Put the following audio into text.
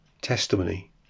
testimony